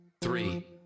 three